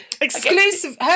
exclusive